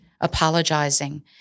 Apologizing